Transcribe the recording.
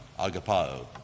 agapao